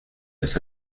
los